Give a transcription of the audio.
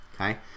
Okay